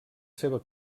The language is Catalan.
seva